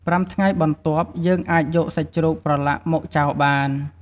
៥ថ្ងៃបន្ទាប់ យើងអាចយកសាច់ជ្រូកប្រឡាក់មកចាវបាន។